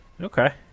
Okay